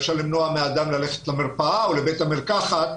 אפשר למנוע מאדם ללכת למרפאה או לבית המרקחת.